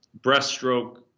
breaststroke